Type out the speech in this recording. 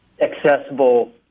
accessible